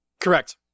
correct